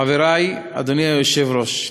חברי, אדוני היושב-ראש,